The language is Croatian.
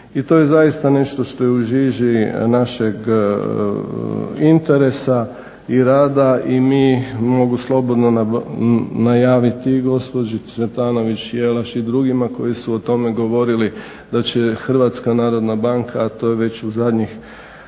I to je zaista nešto što je u žiži našeg interesa i rada i mi mogu slobodno najaviti i gospođi Jelaš i drugima koji su o tome govorili da će HNB a to je već u zadnjih